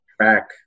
track